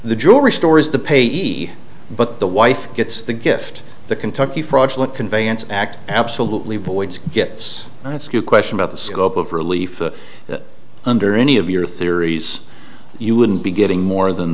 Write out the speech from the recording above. the jewelry store is the payee but the wife gets the gift the kentucky fraudulent conveyance act absolutely void gets you a question about the scope of relief under any of your theories you wouldn't be getting more than